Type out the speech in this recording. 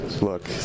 Look